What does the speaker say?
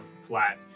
flat